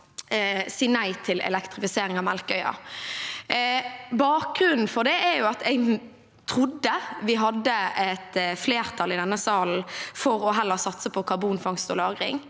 si nei til elektrifisering av Melkøya: Bakgrunnen for det er at jeg trodde vi hadde et flertall i denne salen for heller å satse på karbonfangst og -lagring.